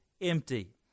empty